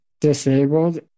disabled